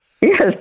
Yes